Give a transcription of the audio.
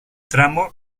tramo